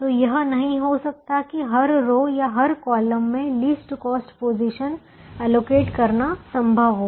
तो यह नहीं हो सकता है कि हर रो या हर कॉलम में लीस्ट कॉस्ट पोजीशन अलोकेट करना संभव हो